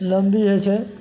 लम्बी होइ छै